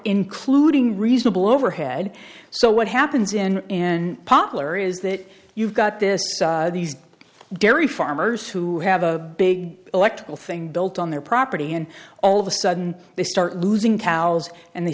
including reasonable overhead so what happens in particular is that you've got this these dairy farmers who have a big electrical thing built on their property and all of a sudden they start losing cowles and they